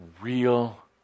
real